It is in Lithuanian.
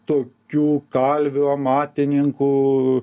tu jų kalvių amatininkų